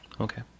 Okay